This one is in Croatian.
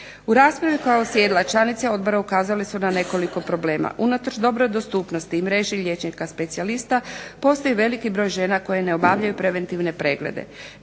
U raspravi koja je uslijedila članice odbora ukazale su na nekoliko problema. Unatoč dobroj dostupnosti i mreži liječnika specijalista postoji veliki broj žena koje ne obavljaju preventivne preglede.